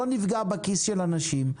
לא נפגע בכיס של אנשים,